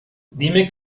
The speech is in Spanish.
dime